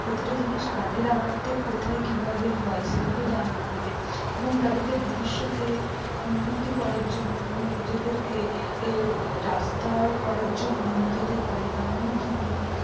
প্রতিটা জিনিস কাজে লাগাতে কোথায় কীভাবে হয় সেগুলো জানানো হবে এবং তাদেরকে ভবিষ্যতে উন্নতি করার জন্য এবং নিজেদেরকে রাস্তা করার জন্য নিজেদের পায়ে দাঁড়ানোর জন্য প্রত্যেক